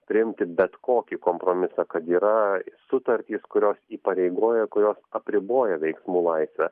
priimti bet kokį kompromisą kad yra sutartys kurios įpareigoja kurios apriboja veiksmų laisvę